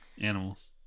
animals